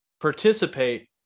participate